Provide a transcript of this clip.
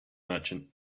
merchant